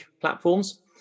platforms